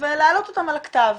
ולהעלותם על הכתב,